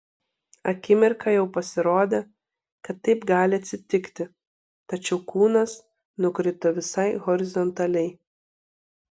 akimirką jau pasirodė kad taip gali atsitikti tačiau kūnas nukrito visai horizontaliai